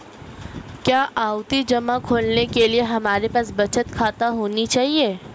क्या आवर्ती जमा खोलने के लिए हमारे पास बचत खाता होना चाहिए?